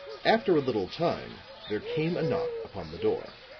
after a little time there came a knock upon the door.